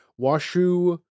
Washu